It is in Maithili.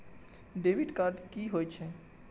डैबिट कार्ड की होय छेय?